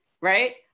right